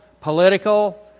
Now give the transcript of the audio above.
political